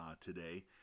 today